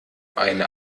eine